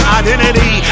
identity